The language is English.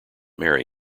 marry